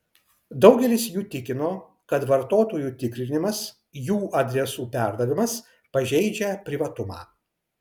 daugelis jų tikino kad vartotojų tikrinimas jų adresų perdavimas pažeidžia privatumą